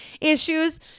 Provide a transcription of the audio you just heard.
issues